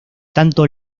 tanto